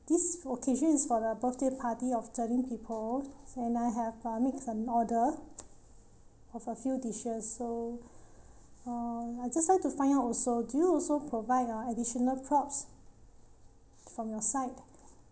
this occasion is for the birthday party of thirteen people and I have uh make an order of a few dishes so uh I just like to find out also do you also provide uh additional props from your side